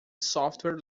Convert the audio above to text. software